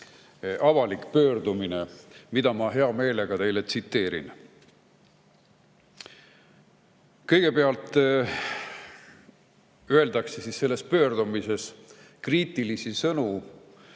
avalik pöördumine, mida ma hea meelega teile tsiteerin. Kõigepealt öeldakse selles pöördumises kriitilisi sõnu